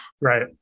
right